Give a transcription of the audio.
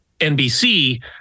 NBC